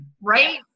Right